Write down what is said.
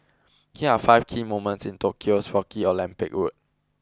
here are five key moments in Tokyo's rocky Olympic road